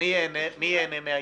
מי ייהנה מה-EMV?